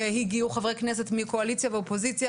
והגיעו חברי כנסת מהקואליציה והאופוזיציה.